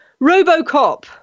Robocop